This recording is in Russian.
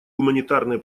гуманитарные